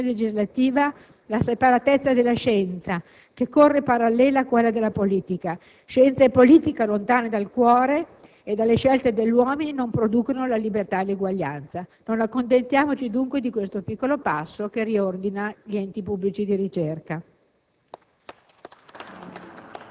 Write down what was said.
mettere a tema nella sua funzione legislativa la separatezza della scienza, che corre parallela a quella della politica. Scienza e politica lontane dal cuore e dalle scelte degli uomini non producono la libertà e l'uguaglianza. Non accontentiamoci dunque di questo piccolo passo che riordina gli enti pubblici di ricerca.